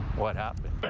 what happened.